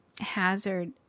hazard